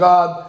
God